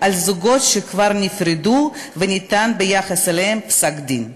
על זוגות שכבר נפרדו וניתן ביחס אליהם פסק-דין.